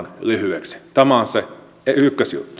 tämä on se ykkösjuttu